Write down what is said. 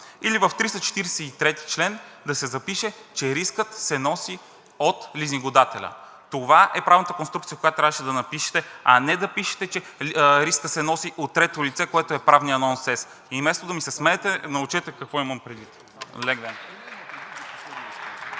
или в чл. 343 да се запише, че рискът се носи от лизингодателя. Това е правилната конструкция, която трябваше да напишете, а не да пишете, че рискът се носи от трето лице, което е правният нонсенс. И вместо да ми се смеете, научете какво имам предвид. Лек ден!